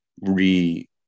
re